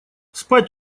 спать